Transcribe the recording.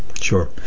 sure